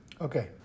Okay